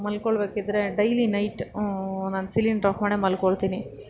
ಮಲ್ಕೊಳ್ಳಬೇಕಿದ್ರೆ daily night ನಾನು cylinder off ಮಾಡೇ ಮಲ್ಕೊಳ್ತೀನಿ